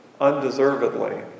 undeservedly